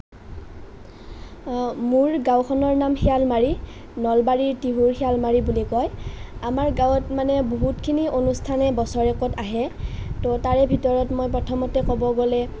মোৰ গাঁওখনৰ নাম শিয়ালমাৰী নলবাৰীৰ তিহুৰ শিয়ালমাৰী বুলি কয় আমাৰ গাঁৱত মানে বহুতখিনি অনুষ্ঠানে বছৰেকত আহে ত' তাৰে ভিতৰত মই প্ৰথমতে ক'ব গ'লে